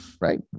right